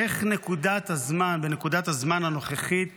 איך בנקודת הזמן הנוכחית